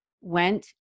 went